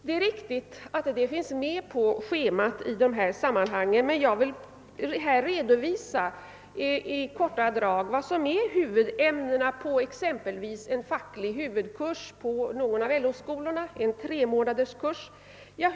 Det är riktigt att detta finns med på schemat i dessa sammanhang, men jag vill här i korta drag redovisa vilka som är huvudämnen exempelvis på en tre månaders facklig kurs på någon av LO skolorna.